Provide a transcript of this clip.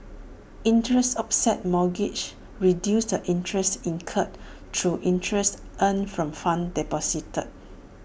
interest offset mortgages reduces the interest incurred through interest earned from funds deposited